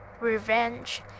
revenge